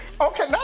Okay